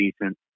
decent